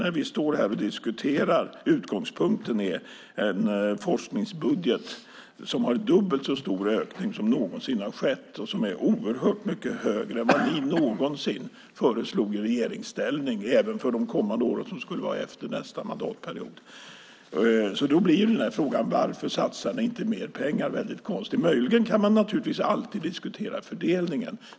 samtidigt som vi diskuterar en forskningsbudget vars ökning är dubbelt så stor som någon gång tidigare och mycket större än ni någonsin föreslog i regeringsställning - även för de kommande åren efter nästa mandatperiod. Frågan varför vi inte satsar mer pengar blir därför konstig. Man kan alltid diskutera fördelningen.